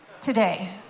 today